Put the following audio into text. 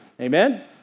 Amen